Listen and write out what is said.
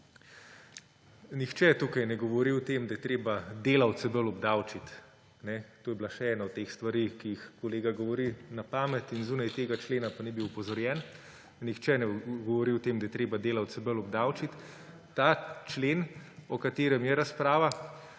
Nihče tukaj ne govori o tem, da je treba delavce bolj obdavčiti. To je bila še ena od teh stvari, ki jih kolega govori na pamet in zunaj tega člena, pa ni bil opozorjen. Nihče ne govori o tem, da treba delavce bolj obdavčiti. Ta člen, o katerem je razprava,